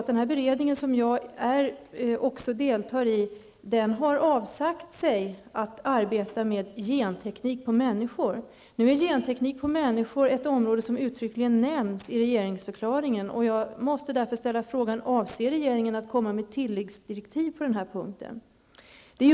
Den beredning som jag deltar i har avsagt sig arbete med frågor om genteknik på människor. Nu är genteknik på människor ett område som uttryckligen nämns i regeringsförklaringen, och jag måste därför ställa frågan: Avser regeringen att komma med tilläggsdirektiv på den punkten?